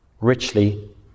richly